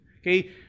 Okay